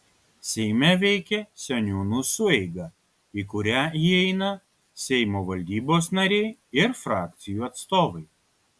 seime veikia seniūnų sueiga į kurią įeina seimo valdybos nariai ir frakcijų atstovai